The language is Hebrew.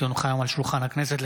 כי הונחה היום על שולחן הכנסת,